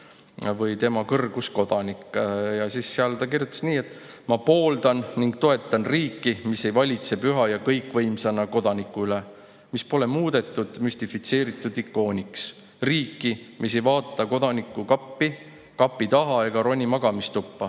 või Tema Kõrgus Kodanik?" ja seal ta kirjutas nii: "Ma pooldan ning taotlen riiki, mis ei valitse püha ja kõikvõimsana Kodaniku üle; mis pole muudetud müstifitseeritud ikooniks. Riiki, mis ei vaata Kodaniku kappi, kapi taha ega roni magamistuppa,